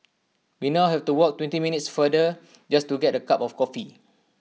we now have to walk twenty minutes farther just to get A cup of coffee